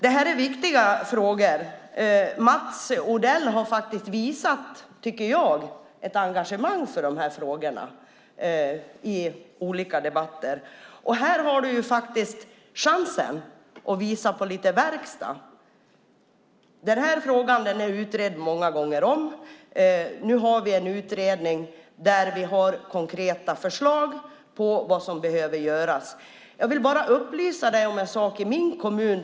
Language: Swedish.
Detta är viktiga frågor, som Mats Odell har visat engagemang för i olika debatter. Här har han chansen att visa på lite verkstad. Denna fråga är utredd många gånger om. Nu har vi en utredning där vi har konkreta förslag på vad som ska göras. Jag vill upplysa dig om en sak i min kommun.